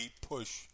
push